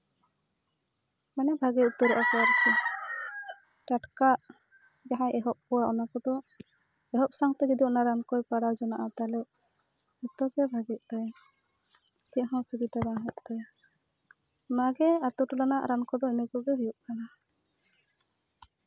ᱢᱟᱱᱮ ᱵᱷᱟᱜᱮ ᱩᱛᱟᱹᱨᱚᱜᱼᱟᱠᱚ ᱟᱨᱠᱤ ᱴᱟᱴᱠᱟ ᱡᱟᱦᱟᱸ ᱮᱦᱚᱵ ᱠᱚᱜᱼᱟ ᱚᱱᱟ ᱠᱚᱫᱚ ᱮᱦᱚᱵ ᱥᱟᱶᱛᱮ ᱡᱩᱫᱤ ᱚᱱᱟ ᱨᱟᱱᱠᱚᱭ ᱠᱚᱨᱟᱣ ᱡᱚᱱᱚᱜᱼᱟ ᱛᱟᱦᱞᱮ ᱡᱚᱛᱚ ᱜᱮ ᱵᱷᱟᱜᱮᱜ ᱛᱟᱭᱟ ᱪᱮᱫ ᱦᱚᱸ ᱚᱥᱩᱵᱤᱫᱟ ᱵᱟᱝ ᱦᱩᱭᱩᱜ ᱛᱟᱭᱟ ᱚᱱᱟᱜᱮ ᱟᱛᱳ ᱴᱚᱞᱟ ᱨᱮᱱᱟᱜ ᱨᱟᱱ ᱠᱚᱫᱚ ᱤᱱᱟᱹ ᱠᱚᱜᱮ ᱦᱩᱭᱩᱜ ᱠᱟᱱᱟ